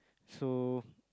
so